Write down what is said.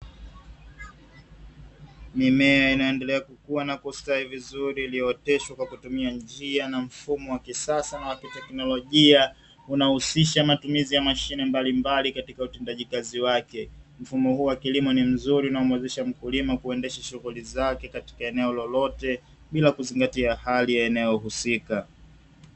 Mimea inayoendelea kukua na kustawi vizuri, iliyooteshwa kwa kutumia njia na mfumo wa kisasa na wa kiteknolojia. Unahusisha matumizi ya mashine mbalimbali katika utendaji kazi wake. Mfumo huu wa kilimo ni mzuri na humuwezesha mkulima, kuwndesha shughuli zake katika eneo lolote bila kuzingatia hali ya eneo husika.